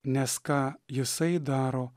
nes ką jisai daro